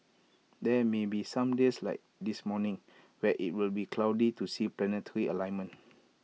there may be some days like this morning where IT will be too cloudy to see the planetary alignment